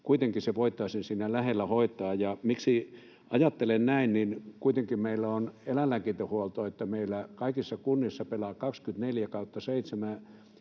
kuitenkin se voitaisiin siinä lähellä hoitaa. Ja miksi ajattelen näin? Kuitenkin meillä on eläinlääkintähuolto, eli eillä kaikissa kunnissa pelaa